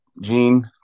Gene